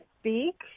speak